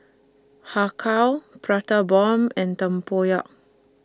Har Kow Prata Bomb and Tempoyak